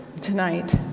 tonight